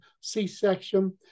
C-section